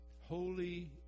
holy